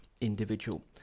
individual